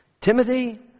Timothy